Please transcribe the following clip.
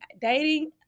dating